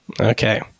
Okay